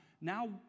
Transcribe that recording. now